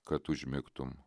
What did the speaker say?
kad užmigtum